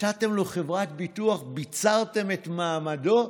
נתתם לו חברת ביטוח, ביצרתם את מעמדו.